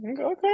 Okay